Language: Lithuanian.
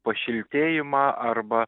pašiltėjimą arba